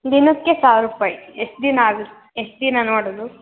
ದಿನಕ್ಕೆ ಸಾವಿರ ರೂಪಾಯಿ ಎಷ್ಟು ದಿನ ಆಗತ್ತೆ ಎಷ್ಟು ದಿನ ನೋಡಲು